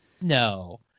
No